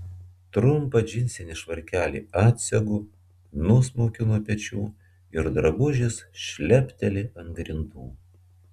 trumpą džinsinį švarkelį atsegu nusmaukiu nuo pečių ir drabužis šlepteli ant grindų